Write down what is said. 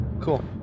Cool